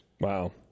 Wow